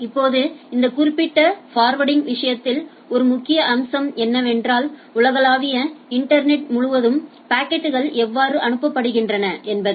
இப்போது இந்த குறிப்பிட்ட ஃபார்வர்டிங் விஷயத்தின் ஒரு முக்கிய அம்சம் என்னவென்றால் உலகளாவிய இன்டர்நெட் முழுவதும் பாக்கெட்கள் எவ்வாறு அனுப்பப்படுகின்றன என்பதே